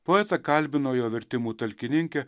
poetą kalbino jo vertimų talkininkė